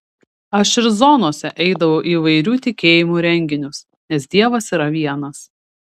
aš ir zonose eidavau į įvairių tikėjimų renginius nes dievas yra vienas